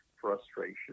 frustration